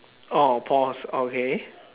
oh paws okay